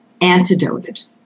antidoted